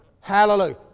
Hallelujah